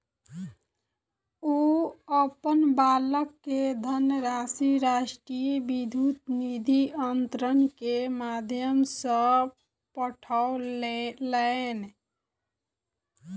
ओ अपन बालक के धनराशि राष्ट्रीय विद्युत निधि अन्तरण के माध्यम सॅ पठौलैन